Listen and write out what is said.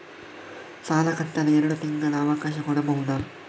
ಸಾಲ ಕಟ್ಟಲು ಎರಡು ತಿಂಗಳ ಅವಕಾಶ ಕೊಡಬಹುದಾ?